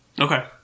Okay